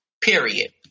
period